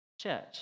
Church